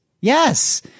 yes